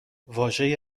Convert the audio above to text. واژه